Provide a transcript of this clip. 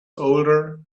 older